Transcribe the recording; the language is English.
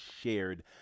shared